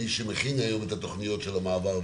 מי שמכין את תוכניות המעבר,